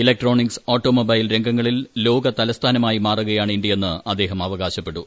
electronics automobile രംഗങ്ങളിൽ ലോക തലസ്ഥാനമായി മാറുകയാണ് ഇന്ത്യയെന്ന് അദ്ദേഹം അവകാശപ്പെട്ടു